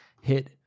hit